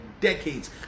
decades